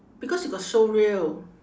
because you got showreel